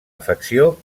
afecció